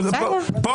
גם